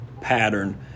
pattern